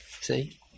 See